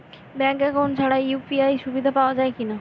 Bank account ছাড়া UPI সুবিধা পাওয়া যাবে কি না?